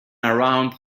around